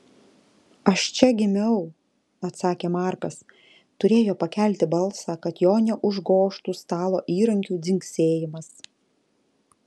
aš čia gimiau atsakė markas turėjo pakelti balsą kad jo neužgožtų stalo įrankių dzingsėjimas